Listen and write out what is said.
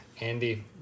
Andy